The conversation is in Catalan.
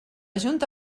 junta